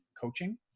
coaching